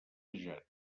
forjat